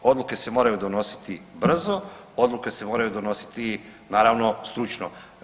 Odluke se moraju donositi brzo, odluke se moraju donositi naravno, stručno.